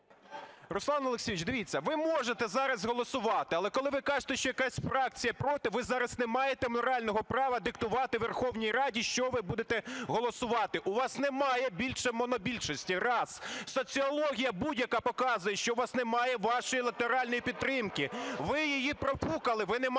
Руслан Олексійович, дивіться, ви можете зараз голосувати. Але коли ви кажете, що якась фракція проти, ви зараз не маєте морального права диктувати Верховній Раді, що ви будете голосувати. У вас немає більше монобільшості – раз. Соціологія будь-яка показує, що у вас немає вашої електоральної підтримки, ви її "профукали". Ви не маєте